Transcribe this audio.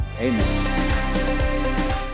amen